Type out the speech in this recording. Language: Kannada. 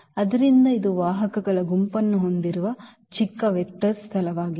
ಆದ್ದರಿಂದ ಇದು ವಾಹಕಗಳ ಗುಂಪನ್ನು ಹೊಂದಿರುವ ಚಿಕ್ಕ ವೆಕ್ಟರ್ ಸ್ಥಳವಾಗಿದೆ